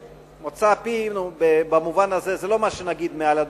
ומוצא פינו במובן הזה זה לא מה שנגיד מעל לדוכן,